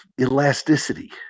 elasticity